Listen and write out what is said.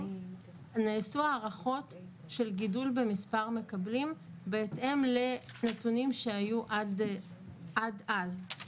נעשו הערכות של גידול במספר מקבלים בהתאם לנתונים שהיו עד אז.